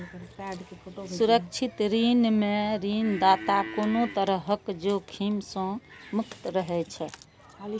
सुरक्षित ऋण मे ऋणदाता कोनो तरहक जोखिम सं मुक्त रहै छै